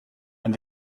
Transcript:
and